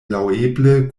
laŭeble